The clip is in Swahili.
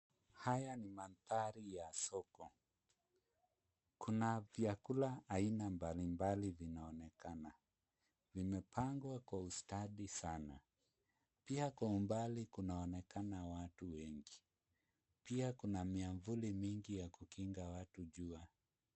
Haya ni mandhari ya soko. Kuna vyakula aina mbalimbali vinaonekana. Vimepangwa kwa ustadi sana. Pia kwa umbali kunaonekana watu wengi. Pia kuna miavuli mingi ya kukinga watu jua.